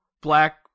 black